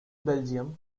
belgium